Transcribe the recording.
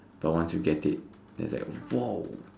but once you get it then it's like !whoa!